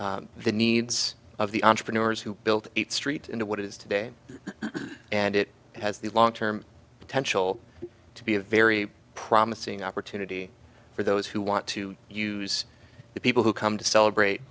way the needs of the entrepreneurs who built it street into what it is today and it has the long term potential to be a very promising opportunity for those who want to use it people who come to celebrate